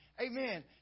Amen